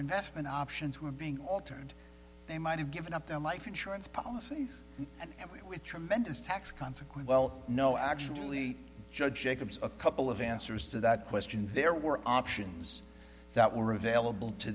investment options were being altered they might have given up their life insurance policies and it with tremendous tax consequent well no actually judge shaik of a couple of answers to that question there were options that were available to